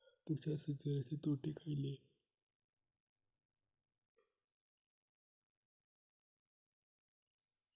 तुषार सिंचनाचे तोटे खयले?